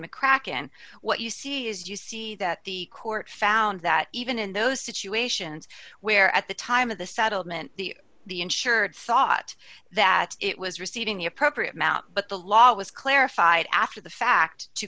mccracken what you see is you see that the court found that even in those situations where at the time of the settlement the insured thought that it was receiving the appropriate amount but the law was clarified after the fact to